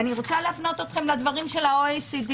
אני רוצה להפנות אתכם לדברים של ה-OECD.